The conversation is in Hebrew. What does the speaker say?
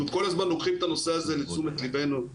בכל זאת, בעמ' 15